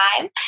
time